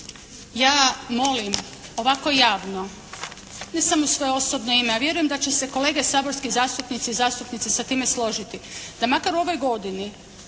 ja molim ovako javno, ne samo u svoje osobno ime, a vjerujem da će se kolege saborski zastupnici i zastupnice sa time složiti da makar u ovoj godini